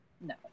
No